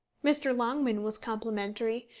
mr. longman was complimentary,